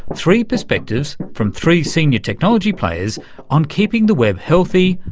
three perspectives from three senior technology players on keeping the web healthy,